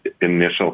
initial